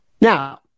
Now